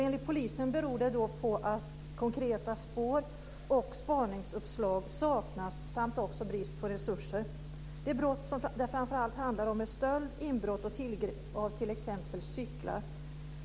Enligt polisen beror det på att konkreta spår och spaningsuppslag saknas samt även på brist på resurser. Det handlar framför allt om stöld, inbrott och tillgrepp av t.ex. cyklar.